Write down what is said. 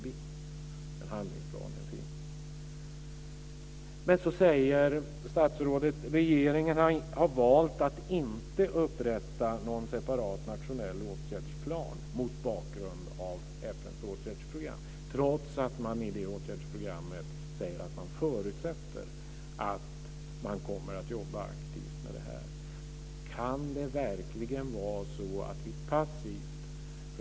Denna handlingsplan finns. Men sedan säger statsrådet: "Regeringen har valt att inte upprätta någon separat nationell åtgärdsplan mot bakgrund av FN:s åtgärdsprogram"; detta trots att det i åtgärdsprogrammet sägs att man förutsätter att det kommer att jobbas aktivt med detta. Kan det verkligen vara så att detta bara passivt konstateras?